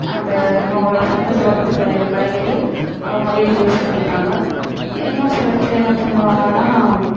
அந்த அவர்களோட சொந்த தோட்டத்தில் விளையிற காய்கறியை அவங்க வீட்டுக்கு யூஸ் பண்ணிப்பாங்க இன்னும் சில பேர் என்ன பண்ணுவாங்கன்னால்